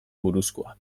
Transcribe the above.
buruzkoak